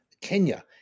kenya